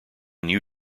new